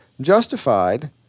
justified